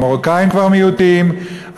המרוקאים כבר מיעוטים,